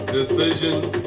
decisions